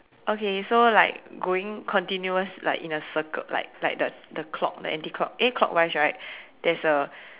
okay so like going continuous like in a circle like like the the clock the anti clock eh clockwise right there's a